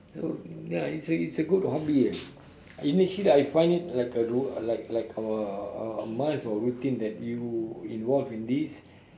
so ya it's a it's a good hobby ah initially I find it like a rou~ like like our our must or routine that you involve in this